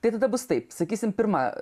tai tada bus taip sakysim pirma